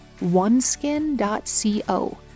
oneskin.co